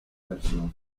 versión